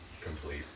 complete